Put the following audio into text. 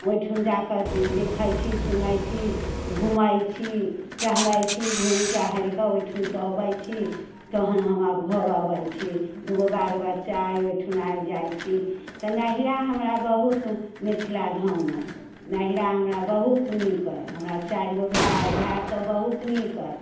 ओहिठुन जाके देखैत छी सुनैत छी घूमैत छी टहलैत छी घूमि टहलिके ओहिठुमसँ अबैत छी तहन आब हम घर अबैत छी दूगो बाल बच्चा अइ ओहिठुन आबि जाइत छी तऽ नैहरा हमर बहुत मिथिलाधाम अइ नैहरा हमरा बहुत नीक अइ हमरा चारिगो भाय अइ भाय सब बहुत नीक अइ